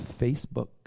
Facebook